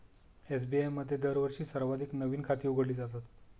SBI मध्ये दरवर्षी सर्वाधिक नवीन खाती उघडली जातात